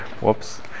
Whoops